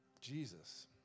Jesus